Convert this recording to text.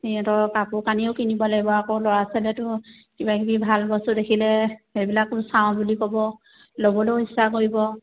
সিহঁতৰ কাপোৰ কানিও কিনিব লাগিব আকৌ ল'ৰা ছোৱালীয়েতো কিবা কিবি ভাল বস্তু দেখিলে সেইবিলাকো চাওঁ বুলি ক'ব ল'বলৈও ইচ্ছা কৰিব